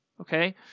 okay